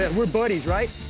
ah we're buddies, right?